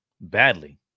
badly